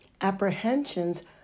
apprehensions